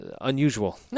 unusual